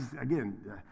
again